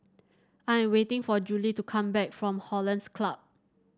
I am waiting for Jule to come back from Hollandse Club